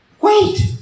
Wait